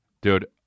Dude